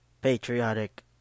patriotic